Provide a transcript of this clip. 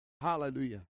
Hallelujah